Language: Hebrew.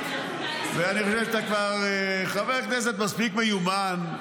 ואני חושב שאתה כבר חבר כנסת מספיק מיומן,